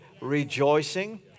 rejoicing